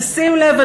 תשים לב,